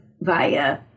via